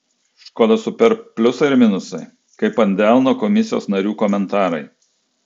škoda superb pliusai ir minusai kaip ant delno komisijos narių komentarai